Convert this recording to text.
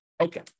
Okay